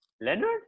Leonard